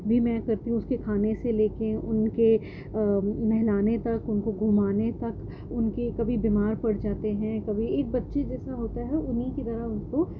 بھی میں کرتی ہوں اس کے کھانے سے لے کے ان کے نہلانے تک ان کو گھمانے تک ان کے کبھی بیمار پڑ جاتے ہیں کبھی ایک بچے جیسا ہوتا ہے انہیں کی طرح ان کو